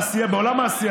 בעולם העשייה,